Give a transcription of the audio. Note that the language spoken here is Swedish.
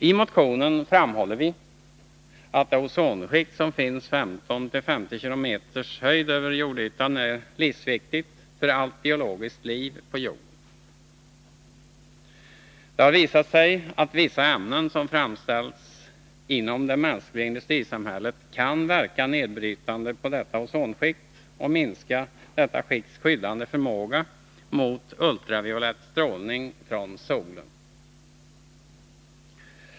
I motionen framhåller vi att det ozonskikt som finns på 15-50 km höjd över jordytan är livsviktigt för allt biologiskt liv på jorden. Det har visat sig att vissa ämnen som framställts inom det mänskliga industrisamhället kan verka nedbrytande på detta ozonskikt och minska detta skikts skyddande förmåga mot ultraviolett strålning från solen.